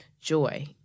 joy